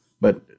but-